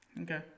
okay